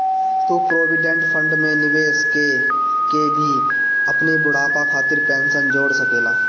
तू provident fund में निवेश कअ के भी अपनी बुढ़ापा खातिर पेंशन जोड़ सकेला